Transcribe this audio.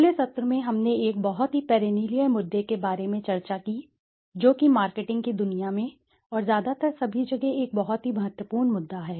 पिछले सत्र में हमने एक बहुत ही पेरेनियल मुद्दे के बारे में चर्चा की जो कि मार्केटिंग की दुनिया में और ज्यादातर सभी जगह एक बहुत ही महत्वपूर्ण मुद्दा है